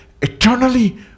eternally